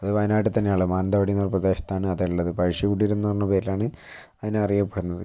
അത് വയനാട്ടിൽ തന്നെയാണ് ഉള്ളത് മാനന്തവാടി എന്ന പ്രദേശത്താണ് അതുള്ളത് പഴശ്ശി കുടീരം എന്ന് പറഞ്ഞ പേരിലാണ് അതിനെ അറിയപ്പെടുന്നത്